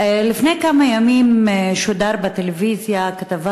לפני כמה ימים שודרה בטלוויזיה כתבה